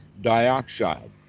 Dioxide